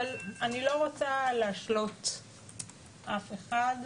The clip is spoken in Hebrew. אבל אני לא רוצה להשלות אף אחד,